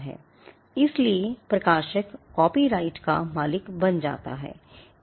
इसलिए प्रकाशक कॉपीराइट का मालिक बन जाता है